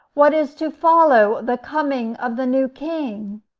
what is to follow the coming of the new king?